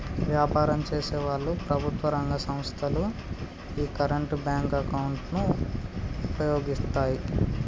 వ్యాపారం చేసేవాళ్ళు, ప్రభుత్వం రంగ సంస్ధలు యీ కరెంట్ బ్యేంకు అకౌంట్ ను వుపయోగిత్తాయి